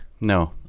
No